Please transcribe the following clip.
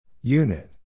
Unit